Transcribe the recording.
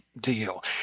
deal